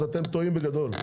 אתם טועים בגדול.